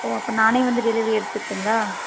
ஓ அப்போ நானே வந்து டெலிவரி எடுத்துக்கிட்டுங்களா